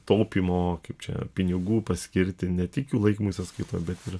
taupymo kaip čia pinigų paskirti ne tik jų laikymui sąskaitoj bet ir